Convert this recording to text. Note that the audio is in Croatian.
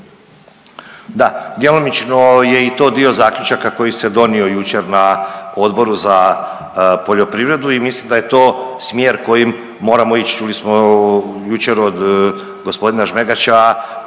Da, djelomično je i to dio zaključaka koji se donio jučer na Odboru za poljoprivredu i mislim da je to smjer kojim moramo ići. Čuli smo jučer od gospodina Žmegača